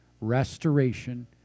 restoration